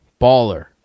Baller